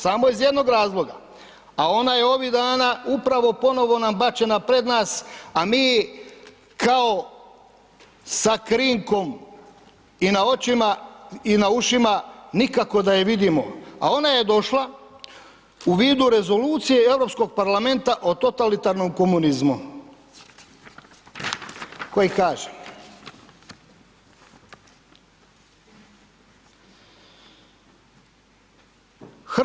Samo iz jednog razloga, a ona je ovih dana upravo ponovo nabačena pred nas, a mi kao sa krinkom i na očima i na ušima nikako da je vidimo, a ona je došla u vidu rezolucije Europskog parlamenta o totalitarnom komunizmu, koji kaže.